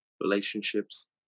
relationships